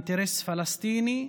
אינטרס פלסטיני,